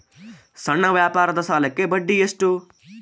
ಸಣ್ಣ ವ್ಯಾಪಾರದ ಸಾಲಕ್ಕೆ ಬಡ್ಡಿ ಎಷ್ಟು?